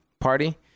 party